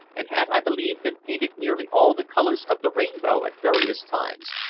and had, i believe, been painted nearly all the colors of the rainbow at various times.